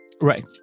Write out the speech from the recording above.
Right